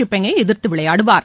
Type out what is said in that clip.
Feng ஐ எதிர்த்து விளையாடுவார்